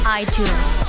iTunes